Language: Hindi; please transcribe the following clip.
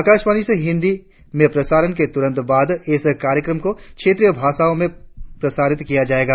आकाशवाणी से हिन्दी में प्रसारण के तुरन्त बाद इस कार्यक्रम को क्षेत्रीय भाषाओ में प्रसारित किया जायेगा